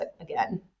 again